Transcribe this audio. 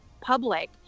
public